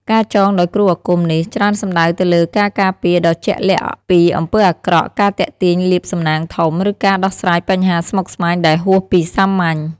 ការចងដោយគ្រូអាគមនេះ ច្រើនសំដៅទៅលើការការពារដ៏ជាក់លាក់ពីអំពើអាក្រក់ ការទាក់ទាញលាភសំណាងធំ ឬការដោះស្រាយបញ្ហាស្មុគស្មាញដែលហួសពីសាមញ្ញ។